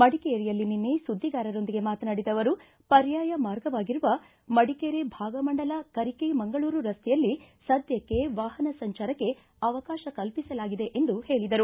ಮಡಿಕೇರಿಯಲ್ಲಿ ನಿನ್ನೆ ಸುದ್ದಿಗಾರರೊಂದಿಗೆ ಮಾತನಾಡಿದ ಅವರು ಪರ್ಯಾಯ ಮಾರ್ಗವಾಗಿರುವ ಮಡಿಕೇರಿ ಭಾಗಮಂಡಲ ಕರಿಕೆ ಮಂಗಳೂರು ರಸ್ತೆಯಲ್ಲಿ ಸದ್ದಕ್ಕೆ ವಾಹನ ಸಂಚಾರಕ್ಕೆ ಅವಕಾಶ ಕಲ್ಪಿಸಲಾಗಿದೆ ಎಂದು ಹೇಳಿದರು